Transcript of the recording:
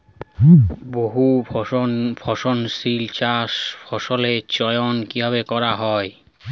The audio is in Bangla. বহুফসলী চাষে ফসলের চয়ন কীভাবে করা হয়?